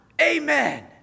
Amen